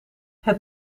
het